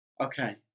okay